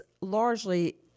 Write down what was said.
largely